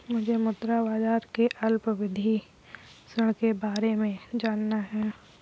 मुझे मुद्रा बाजार के अल्पावधि ऋण के बारे में जानना है